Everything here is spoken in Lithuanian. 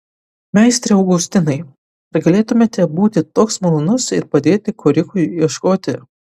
meistre augustinai ar galėtumėte būti toks malonus ir padėti korikui ieškoti